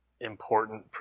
important